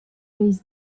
peix